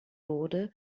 wurde